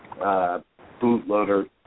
bootloader